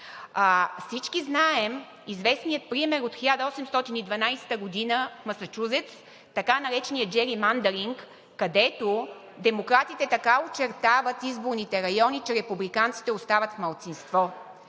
Всички знаем известния пример от 1812 г. в Масачузетс, така нареченият gerrymandering, където така очертават изборните райони, че републиканците остават малцинство.